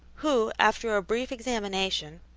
who, after a brief examination,